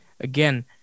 again